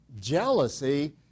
jealousy